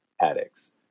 addicts